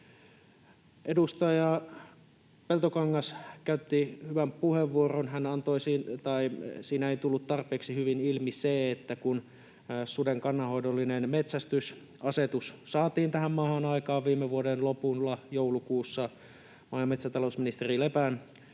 Edustaja Peltokangas käytti hyvän puheenvuoron. Siinä ei tullut tarpeeksi hyvin ilmi se, että kun suden kannanhoidollinen metsästysasetus saatiin tähän maahan aikaan viime vuoden lopulla joulukuussa maa- ja metsätalousministeri Lepän